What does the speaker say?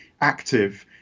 active